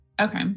Okay